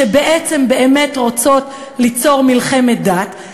שבעצם באמת רוצות ליצור מלחמת דת,